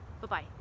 Bye-bye